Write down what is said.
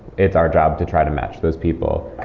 it's our job to try to match those people,